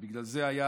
ובגלל זה היה